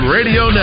Radio